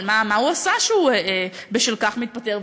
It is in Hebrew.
מה הוא עשה שהוא בשל כך מתפטר?